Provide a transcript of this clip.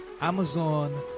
Amazon